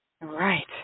Right